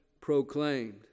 proclaimed